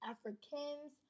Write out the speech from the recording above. Africans